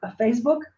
Facebook